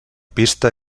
pista